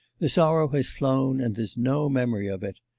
the sorrow has flown, and there's no memory of it.